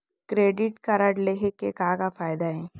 Credit card लेहे के का का फायदा हे?